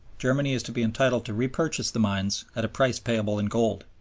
germany is to be entitled to repurchase the mines at a price payable in gold.